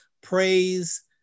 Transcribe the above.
praise